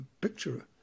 picture